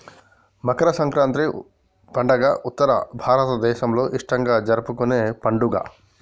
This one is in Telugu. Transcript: మకర సంక్రాతి పండుగ ఉత్తర భారతదేసంలో ఇష్టంగా జరుపుకునే పండుగ